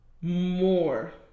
more